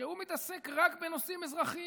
שהוא מתעסק רק בנושאים אזרחיים.